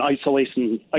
isolation